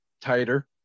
tighter